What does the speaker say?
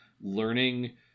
learning